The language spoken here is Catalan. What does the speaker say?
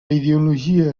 ideologia